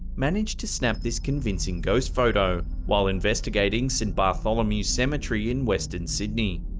managed to snap this convincing ghost photo while investigating st. bartholomew's cemetery in western sydney.